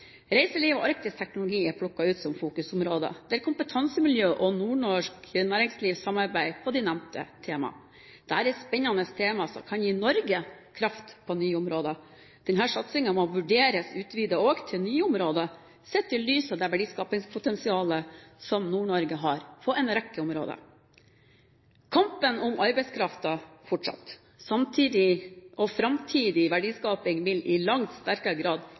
Reiseliv og arktisk teknologi er plukket ut som fokusområder, der kompetansemiljø og nordnorsk næringsliv samarbeider på de nevnte tema. Dette er spennende tema, som kan gi Norge kraft på nye områder. Denne satsingen må vurderes utvidet også til nye områder sett i lys av verdiskapingspotensialet Nord-Norge har på en rekke områder. Kampen om arbeidskraften fortsetter. Framtidig verdiskaping vil i langt sterkere grad